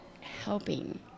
helping